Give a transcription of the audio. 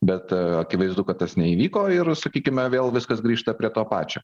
bet akivaizdu kad tas neįvyko ir sakykime vėl viskas grįžta prie to pačio